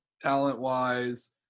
talent-wise